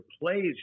plays